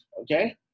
okay